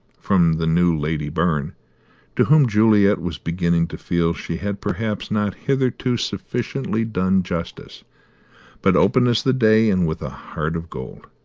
from the new lady byrne to whom juliet was beginning to feel she had perhaps not hitherto sufficiently done justice but open as the day, and with a heart of gold.